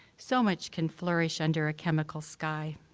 so much can flourish under a chemical sky.